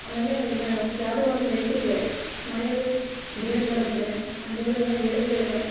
ಆಮೇಲೆ ಈಗ ಯಾವುದೋ ಒಂದು ವ್ಯಕ್ತಿಗೆ ಮೈಯಲ್ಲಿ ದೇವ್ರು ಬರುತ್ತೆ ಆ ದೇವರು ಏನೋ ಹೇಳ್ಕೆ ಹೇಳ್ತಾನೆ